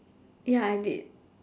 ya I did